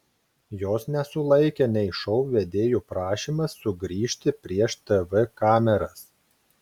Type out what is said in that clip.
jos nesulaikė nei šou vedėjų prašymas sugrįžti prieš tv kameras